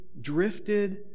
drifted